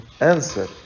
answer